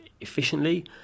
efficiently